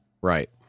Right